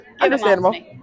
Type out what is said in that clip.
Understandable